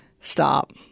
Stop